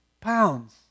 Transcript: pounds